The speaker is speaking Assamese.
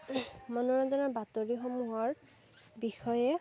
মনোৰঞ্জনৰ বাতৰিসমূহৰ বিষয়ে